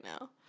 now